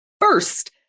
first